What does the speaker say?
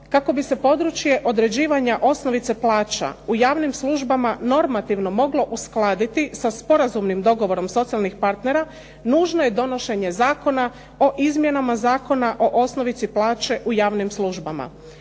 Kako bi se područje određivanja osnovice plaća u javnim službama normativno moglo uskladiti sa sporazumnim dogovorom socijalnih partnera, nužno je donošenje Zakona o izmjenama Zakona o osnovici plaće u javnim službama.